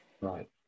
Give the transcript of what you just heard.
Right